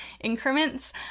increments